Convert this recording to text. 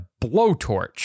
blowtorch